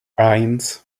eins